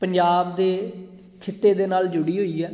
ਪੰਜਾਬ ਦੇ ਖਿੱਤੇ ਦੇ ਨਾਲ ਜੁੜੀ ਹੋਈ ਹੈ